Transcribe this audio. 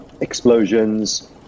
explosions